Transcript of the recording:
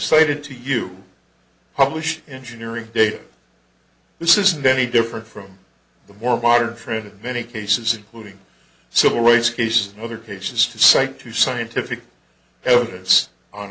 cited to you published engineering data this isn't any different from the more modern trend in many cases including civil rights case other cases to cite to scientific evidence on